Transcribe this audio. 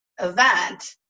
event